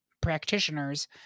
practitioners